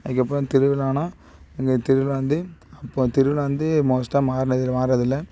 அதுக்கப்புறோம் திருவிழான்னா இங்கே திருவிழா வந்து அப்போ திருவிழா வந்து மோஸ்ட்டாக மாறுனது மார்றது இல்லை